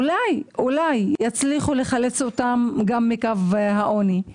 אולי, אולי יצליחו לחלץ אותם מקו העוני.